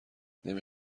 نمی